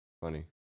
funny